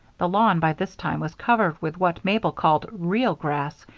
the lawn, by this time, was covered with what mabel called real grass,